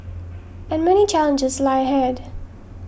and many challenges lie ahead